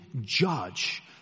judge